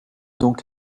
donc